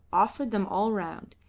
offered them all round,